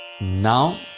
Now